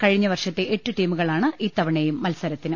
കഴിഞ്ഞ വർഷത്തെ എട്ട് ടീമുകളാണ് ഇത്ത വണയും മത്സരത്തിന്